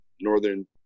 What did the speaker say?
Northern